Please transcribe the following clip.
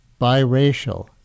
biracial